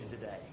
today